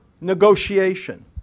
negotiation